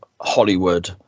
Hollywood